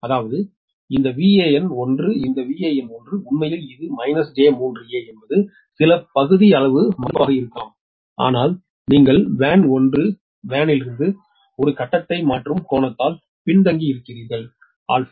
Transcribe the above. அதாவது இந்த வான் 1 இந்த வேன் 1 உண்மையில் இது −j3a என்பது சில பகுதியளவு மதிப்பாக இருக்கலாம் ஆனால் நீங்கள் வேன் 1 வேனிலிருந்து ஒரு கட்டத்தை மாற்றும் கோணத்தால் பின்தங்கியிருக்கிறீர்கள் α